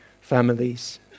families